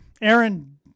Aaron